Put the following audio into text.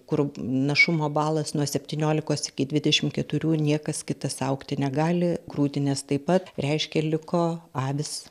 kur našumo balas nuo septyniolikos iki dvidešimt keturių niekas kitas augti negali grūdinės taip pat reiškia liko avys